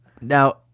Now